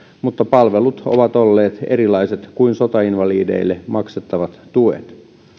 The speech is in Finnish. mutta palvelut ovat olleet erilaiset kuin sotainvalideille maksettavat tuet